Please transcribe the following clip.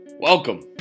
Welcome